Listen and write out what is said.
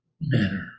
manner